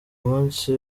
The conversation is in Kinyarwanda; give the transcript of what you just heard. munsi